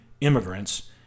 immigrants